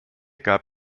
gab